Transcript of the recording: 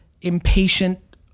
impatient